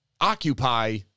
occupy